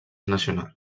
nacional